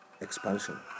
expansion